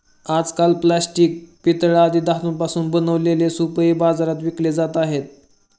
आजकाल प्लास्टिक, पितळ आदी धातूंपासून बनवलेले सूपही बाजारात विकले जात आहेत